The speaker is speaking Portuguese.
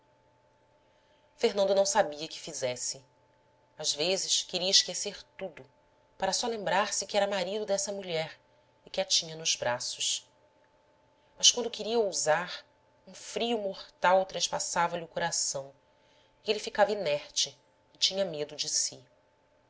fernando não sabia que fizesse às vezes queria esquecer tudo para só lembrar-se que era marido dessa mulher e que a tinha nos braços mas quando queria ousar um frio mortal trespassava lhe o coração e ele ficava inerte e tinha medo de si